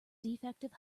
defective